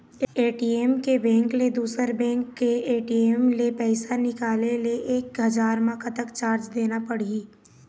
ATM के bank ले दुसर बैंक के ए.टी.एम ले पैसा निकाले ले एक हजार मा कतक चार्ज देना पड़ही?